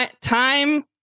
Time